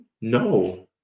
No